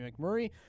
McMurray